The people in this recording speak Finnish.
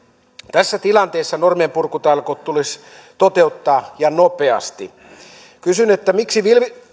tässä tilanteessa normienpurkutalkoot tulisi toteuttaa ja nopeasti kysyn miksi